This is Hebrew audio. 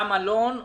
זה נראה לנו רלוונטי